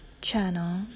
channel